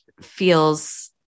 feels